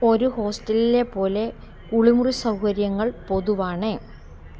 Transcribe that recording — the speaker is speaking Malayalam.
ഒരു ഹോസ്റ്റലിലെ പോലെ കുളിമുറി സൗകര്യങ്ങൾ പൊതുവാണ്